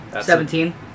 Seventeen